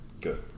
Good